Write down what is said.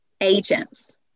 agents